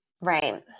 Right